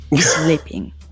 Sleeping